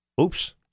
Oops